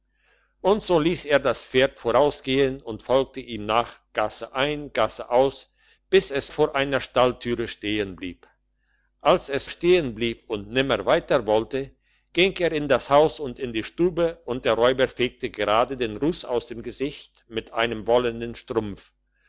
und so liess er das pferd vorausgehen und folgte ihm nach gasse ein gasse aus bis es vor einer stalltüre stehen blieb als es stehen blieb und nimmer weiter wollte ging er in das haus und in die stube und der räuber fegte gerade den russ aus dem gesicht mit einem wollenen strumpf